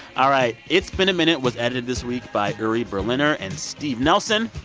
all right, it's been a minute was edited this week by uri berliner and steve nelson.